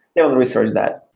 they will research that